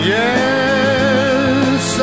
yes